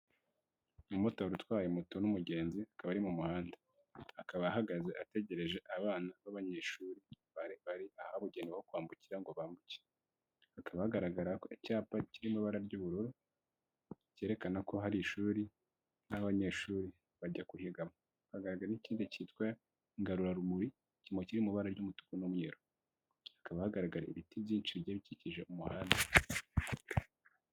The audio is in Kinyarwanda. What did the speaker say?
Umumotari utwaye moto n'umugenzi akaba ari mu muhanda, akaba ahagaze ategereje abana b'abanyeshuri barikwambukira ahabugenewe ngo bambuke hakaba bagaragara ko icyapa kirimo ibara ry'ubururu cyerekana ko hari ishuri nk'abanyeshuri bajya kuhigamo haba n'ikindi cyitwa ngarurarumuri kimurikira m'ibara ry'umutuku n'umweru hakaba hagaragaye ibiti byinshi b bikikije umuhanda.